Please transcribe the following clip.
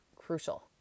crucial